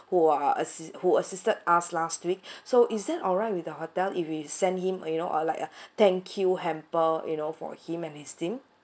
who uh who assisted us last week so is that alright with the hotel if we send him uh you know uh like a thank you hamper you know for him and his team